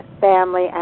family